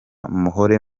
muhore